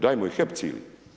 Dajmo i HEP cilj.